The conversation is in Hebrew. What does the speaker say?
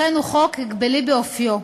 לכן הוא חוק הגבלי באופיו.